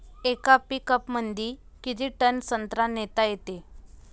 येका पिकअपमंदी किती टन संत्रा नेता येते?